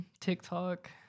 TikTok